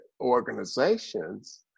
organizations